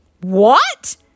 What